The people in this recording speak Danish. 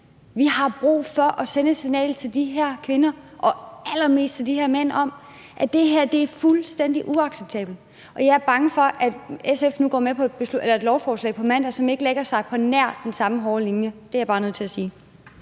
Vi har brug for at sende et signal til de her kvinder og allermest til de her mænd om, at det her er fuldstændig uacceptabelt. Jeg er bange for, at SF nu går med på et lovforslag på mandag, som ikke lægger nær den samme hårde linje. Det er jeg bare nødt til at sige.